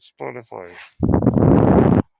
Spotify